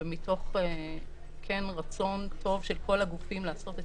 ומתוך כן רצון טוב של כל הגופים לעשות את